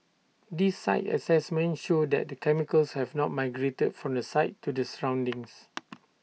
these site assessments show that the chemicals have not migrated from the site to the surroundings